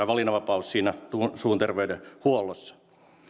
valinnanvapaus suun terveydenhuollossa